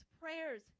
prayers